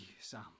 Sam